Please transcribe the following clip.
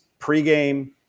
pregame